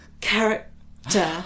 character